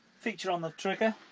feature on the trigger,